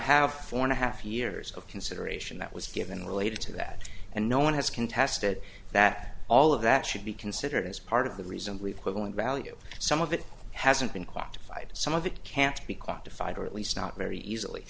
have four and a half years of consideration that was given related to that and no one has contested that all of that should be considered as part of the reason we've quit going value some of it hasn't been quantified some of it can't be quantified or at least not very easily